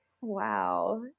Wow